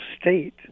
state